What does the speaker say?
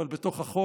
אבל בתוך החול,